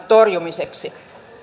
torjumiseksi